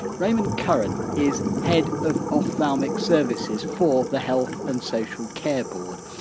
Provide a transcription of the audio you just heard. raymond curran is head of ophthalmic services for the health and social care board.